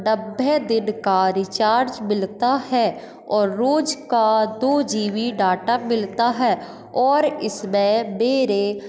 नब्बे दिन का रिचार्ज मिलता है और रोज़ का दो जी बी डाटा मिलता है और इसमें मेरे